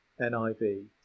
NIV